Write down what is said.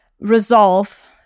resolve